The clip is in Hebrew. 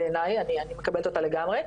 בעיניי אני מקבלת אותה לגמרי,